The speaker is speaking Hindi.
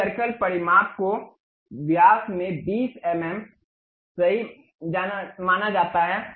इस सर्कल परिमाप को व्यास में 20 एम एम सही माना जाता है